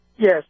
Yes